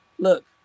Look